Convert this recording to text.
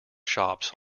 shops